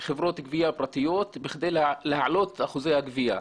חברות גבייה פרטית כדי להעלות את אחוזי הגבייה.